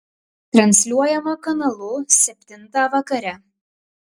transliuojama kanalu septintą vakare